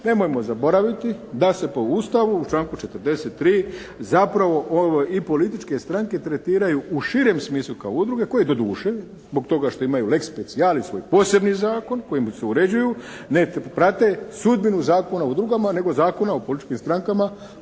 Nemojmo zaboraviti da se po Ustavu u članku 43. zapravo i političke stranke tretiraju u širem smislu kao udruge koje doduše zbog toga što imaju lex specialis svoj posebni zakon kojim se uređuju, prate sudbinu Zakona o udrugama nego Zakona o političkim strankama